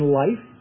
life